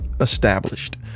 established